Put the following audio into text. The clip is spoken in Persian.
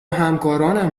همکارانم